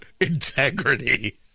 integrity